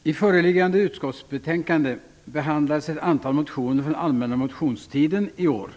Herr talman! I föreliggande utskottsbetänkande behandlas ett antal motioner från den allmänna motionstiden i år.